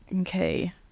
Okay